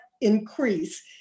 increase